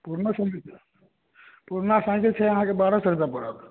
पुरनो cycle छै पुरना cycle छै अहाँके बारह सए रुपैआ पड़त